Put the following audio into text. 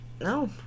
No